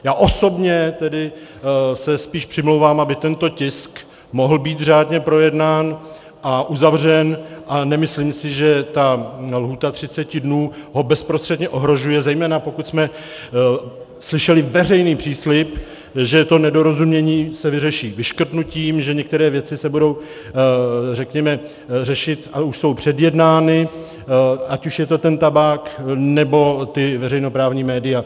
Já osobně tedy se spíš přimlouvám, aby tento tisk mohl být řádně projednán a uzavřen, a nemyslím si, že lhůta 30 dnů ho bezprostředně ohrožuje, zejména pokud jsme slyšeli veřejný příslib, že to nedorozumění se vyřeší vyškrtnutím, že některé věci se budou řekněme řešit a už jsou předjednány, ať už je to tabák, nebo veřejnoprávní média.